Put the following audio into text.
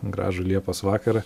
gražų liepos vakarą